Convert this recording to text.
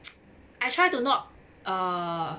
I try to not err